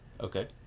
Okay